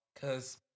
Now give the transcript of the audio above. Cause